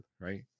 right